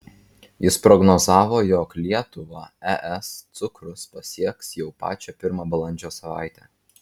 jis prognozavo jog lietuvą es cukrus pasieks jau pačią pirmą balandžio savaitę